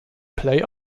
play